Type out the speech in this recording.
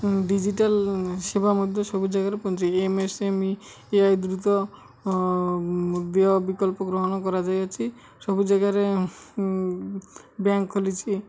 digital ସେବା ମଧ୍ୟ ସବୁ ଜାଗାରେ ପହଞ୍ଚି M S M E A I ଦୃତ ଦେହ ବିକଳ୍ପ ଗ୍ରହଣ କରାଯାଇଅଛି ସବୁ ଜାଗାରେ ବ୍ୟାଙ୍କ ଖୋଲିଛି